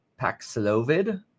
Paxlovid